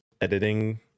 editing